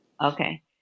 Okay